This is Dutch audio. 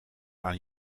aan